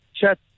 chat